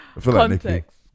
Context